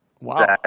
Wow